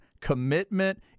commitment